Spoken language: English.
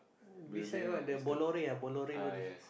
beside what the Bollore ah Bollore logistics